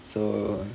so